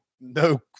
no